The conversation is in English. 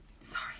Sorry